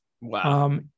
Wow